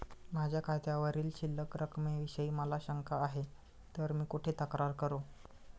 माझ्या खात्यावरील शिल्लक रकमेविषयी मला शंका आहे तर मी कुठे तक्रार करू?